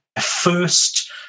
first